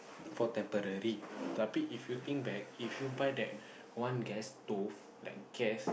for temporary if you think back if you buy that one gas stove like gas